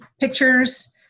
pictures